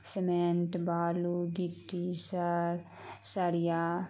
cement بالو گٹی سر سڑیا